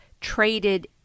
traded